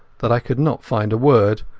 that i could not find a word.